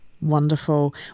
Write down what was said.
Wonderful